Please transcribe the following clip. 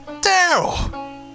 Daryl